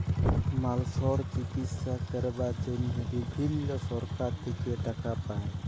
মালসর চিকিশসা ক্যরবার জনহে বিভিল্ল্য সরকার থেক্যে টাকা পায়